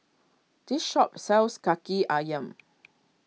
this shop sells Kaki Ayam